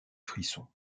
frisson